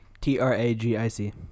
T-R-A-G-I-C